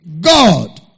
God